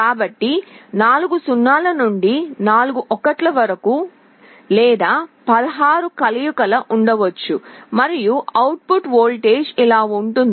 కాబట్టి 0 0 0 0 నుండి 1 1 1 1 వరకు లేదా 16 కలయికలు ఉండవచ్చు మరియు అవుట్ ఫుట్ వోల్టేజ్ ఇలా ఉంటుంది